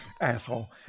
asshole